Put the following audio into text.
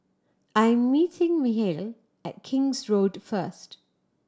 I'm meeting Michel at King's Road first